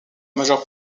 majeure